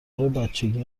بچگی